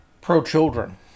pro-children